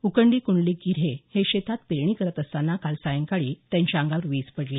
उकंडी कुंडलिक गिऱ्हे हे शेतात पेरणी करत असताना काल सायंकाळी त्यांच्या अंगावर वीज पडली